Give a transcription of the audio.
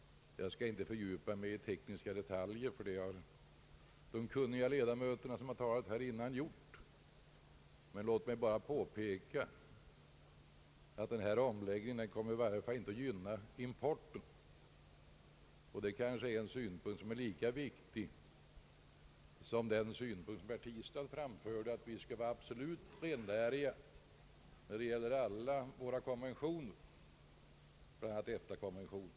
Jag tänker inte fördjupa mig i tekniska detaljer, ty det har de kunniga ledamöter som talat här redan gjort. Låt mig bara påpeka att denna omläggning i varje fall inte kommer att gynna importen. Det är kanske en synpunkt som är lika viktig att framhålla som herr Tistads om att vi skall vara absolut korrekta när det gäller att uppfylla alla våra konventioner, inte minst EFTA-konventionen.